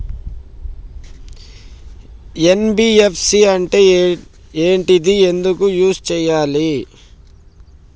NBFC అంటే ఏంటిది ఎందుకు యూజ్ చేయాలి?